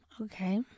Okay